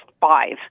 five